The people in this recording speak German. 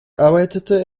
arbeitete